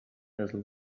vessel